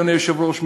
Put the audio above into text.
אדוני היושב-ראש,